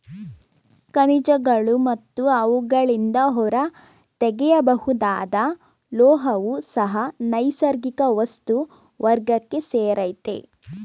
ಖನಿಜಗಳು ಮತ್ತು ಅವುಗಳಿಂದ ಹೊರತೆಗೆಯಬಹುದಾದ ಲೋಹವೂ ಸಹ ನೈಸರ್ಗಿಕ ವಸ್ತು ವರ್ಗಕ್ಕೆ ಸೇರಯ್ತೆ